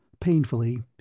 Painfully